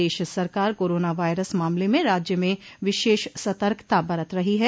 प्रदेश सरकार corona virus मामले में राज्य में विशेष सतर्कता बरत रही है